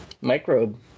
microbe